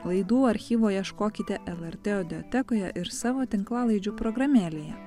laidų archyvo ieškokite lrt audiotekoje ir savo tinklalaidžių programėlėje